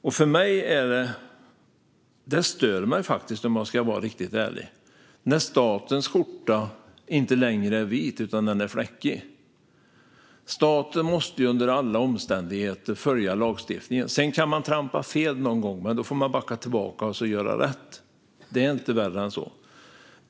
Om jag ska vara riktigt ärlig stör det mig när statens skjorta inte längre är vit utan fläckig. Staten måste under alla omständigheter följa lagstiftningen. Sedan kan man trampa fel någon gång, men då får man backa tillbaka och göra rätt. Det är inte värre än så.